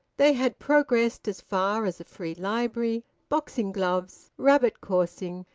they had progressed as far as a free library, boxing-gloves, rabbit-coursing,